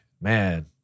man